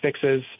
fixes